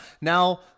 now